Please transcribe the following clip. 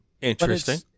Interesting